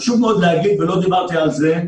חשוב מאוד להגיד, ולא דיברתי על זה,